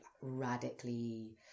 radically